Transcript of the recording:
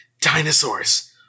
Dinosaurs